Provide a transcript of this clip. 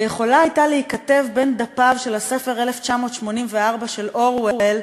ויכול היה להיכתב על דפיו של הספר "1984" של אורוול,